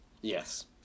Yes